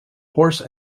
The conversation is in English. horse